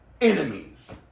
enemies